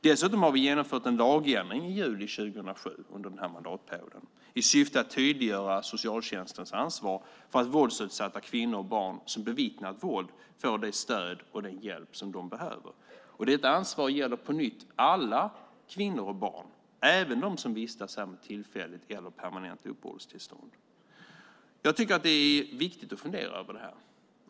Dessutom har vi genomfört en lagändring i juli 2007 under den här mandatperioden i syfte att tydliggöra socialtjänstens ansvar för att våldsutsatta kvinnor och barn som bevittnat våld får det stöd och den hjälp som de behöver. Detta ansvar gäller alla kvinnor och barn, även de som vistas här med tillfälligt eller permanent uppehållstillstånd. Jag tycker att det är viktigt att fundera över det här.